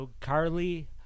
Carly